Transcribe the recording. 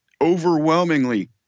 overwhelmingly